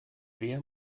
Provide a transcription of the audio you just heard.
wer